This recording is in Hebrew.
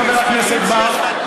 חבר הכנסת בר,